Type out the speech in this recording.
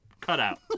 cutout